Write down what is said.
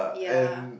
ya